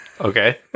Okay